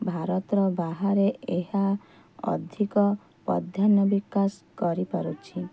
ଭାରତର ବାହାରେ ଏହା ଅଧିକ ପ୍ରାଧାନ୍ୟ ବିକାଶ କରିପାରୁଛି